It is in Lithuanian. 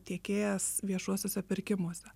tiekėjas viešuosiuose pirkimuose